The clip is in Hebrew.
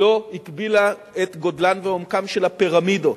לא הגבילה את גודלן ועומקן של הפירמידות,